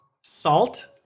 salt